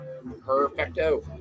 perfecto